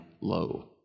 low